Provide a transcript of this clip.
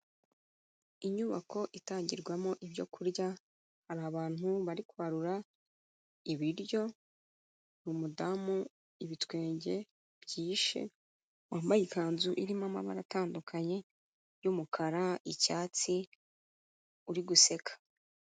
Inyubako itangirwamo ibyo kurya, hari abantu bari kwarura ibiryo, umudamu ibitwenge byihishe wambaye ikanzu irimo amabara atandukanye y'umukara, icyatsi uri guseka.